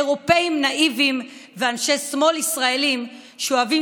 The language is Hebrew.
אירופים נאיביים ואנשי שמאל ישראלים שאוהבים